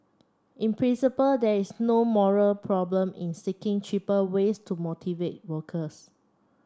in principle there is no moral problem in seeking cheaper ways to motivate workers